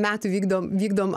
metų vykdom vykdom